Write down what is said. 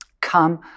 Come